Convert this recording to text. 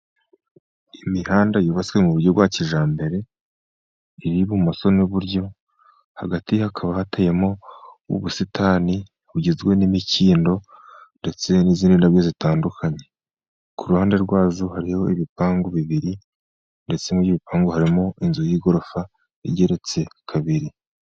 Imihanda yubatswe mu buryo bwa kijyambere iri ibumoso n'iburyo, hagati hakaba hateyemo ubusitani bugizwe n'imikindo ndetse n'izindi ndabo zitandukanye. Ku ruhande rwazo hariho ibipangu bibiri, ndetse n'igipangu harimo inzu y'igorofa igeretse kabiri.